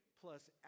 plus